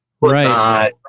Right